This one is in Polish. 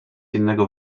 innego